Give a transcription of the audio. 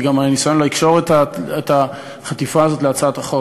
כי הניסיון הזה לא יקשור את החטיפה הזאת להצעת החוק.